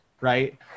right